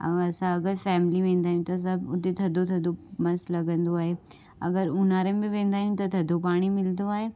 ऐं असां अगरि फैमिली वेंदा आहियूं त सभु उते थधो थधो मस्तु लॻंदो आहे अगरि ऊन्हारे में वेंदा आहियूं त थधो पाणी मिलंदो आहे